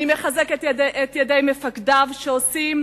אני מחזקת את ידי מפקדיו, שעושים